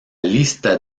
lista